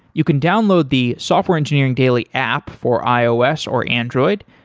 you can download the software engineering daily app for ios or android.